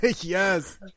Yes